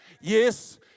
Yes